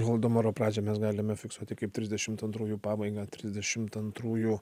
holodomoro pradžią mes galime fiksuoti kaip trisdešimt antrųjų pabaigą trisdešimt antrųjų